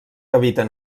habiten